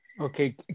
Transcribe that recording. okay